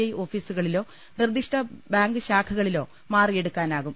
I ഓഫീസുക ളിലോ നിർദ്ദിഷ്ട ബാങ്ക് ശാഖകളിലോ മാറിയെടുക്കാനാകും